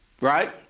Right